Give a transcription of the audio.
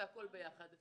זה הכול יחד.